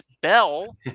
Bell